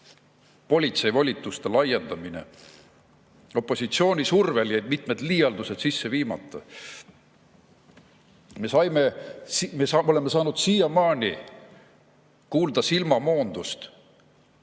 põhjendamatu laiendamine. Opositsiooni survel jäid mitmed liialdused sisse viimata. Me oleme saanud siiamaani kuulda silmamoondust,